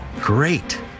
Great